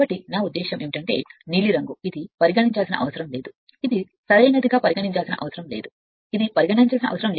కాబట్టి నా ఉద్దేశ్యం ఏమిటంటే నీలిరంగు ఇది పరిగణించాల్సిన అవసరం లేదు ఇది సరైనదిగా పరిగణించాల్సిన అవసరం లేదు ఇది పరిగణించాల్సిన అవసరం లేదు